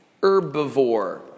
herbivore